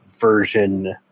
version